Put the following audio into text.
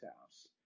house